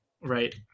Right